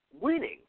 winning